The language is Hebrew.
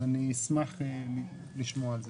אשמח לשמוע על זה.